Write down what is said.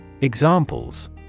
Examples